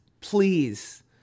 please